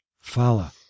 Fala